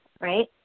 right